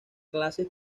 clases